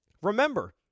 Remember